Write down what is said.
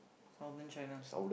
southern China